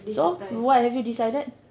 so what have you decided